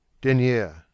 denier